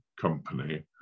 company